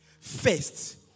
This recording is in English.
first